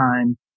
time